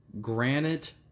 Granite